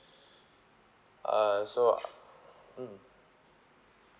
uh so mm